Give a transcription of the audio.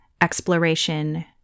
exploration